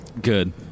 Good